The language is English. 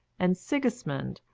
and sigismund,